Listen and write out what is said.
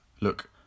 look